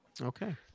Okay